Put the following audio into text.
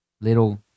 little